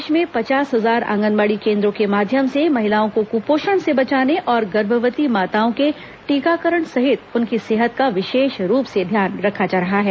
प्रदेश में पचास हजार आंगनबाड़ी केन्द्रो के माध्यम से महिलाओं को कुपोषण से बचाने और गर्भवती माताओं के टीकाकरण सहित उनकी सेहत का विशेष रूप से ध्यान रखा जा रहा है